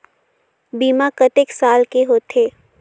बीमा कतेक साल के होथे?